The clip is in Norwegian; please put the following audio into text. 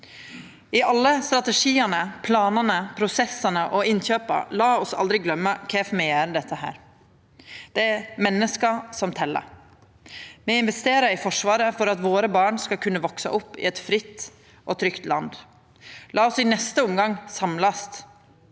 I alle strategiane, planane, prosessane og innkjøpa – la oss aldri gløyma kvifor me gjer dette: Det er menneska som tel. Me investerer i Forsvaret for at barna våre skal kunna veksa opp i eit fritt og trygt land. La oss i neste omgang samlast